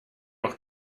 auch